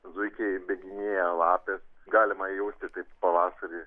zuikiai bėginėja lapės galima jausti taip pavasarį